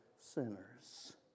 sinners